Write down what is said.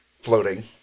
floating